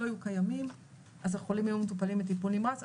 יהיו קיימים אז החולים יהיו מטופלים בטיפול נמרץ,